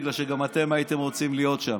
בגלל שגם אתם הייתם רוצים להיות שם.